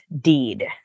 deed